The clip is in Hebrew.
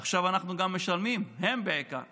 ועכשיו אנחנו גם משלמים, בעיקר הם,